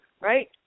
Right